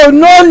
no